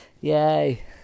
Yay